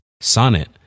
Sonnet